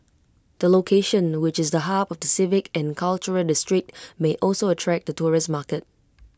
the location which is the hub of the civic and cultural district may also attract the tourist market